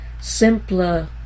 simpler